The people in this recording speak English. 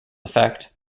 effect